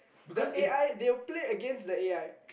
the A_I they will play against the A_I